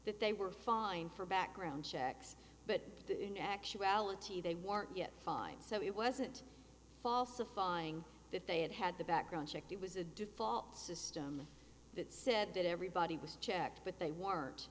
that they were following for background checks but in actuality they weren't yet fine so it wasn't falsifying that they had had the background checked it was a default system that said that everybody was checked but they weren't